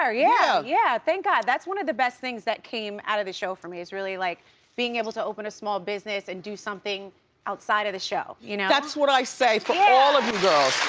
yeah, yeah, thank god. that's one of the best things that came out of the show for me is really like being able to open a small business and do something outside of the show, you know? that's what i say for all of you girls.